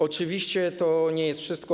Oczywiście, to nie jest wszystko.